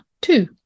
two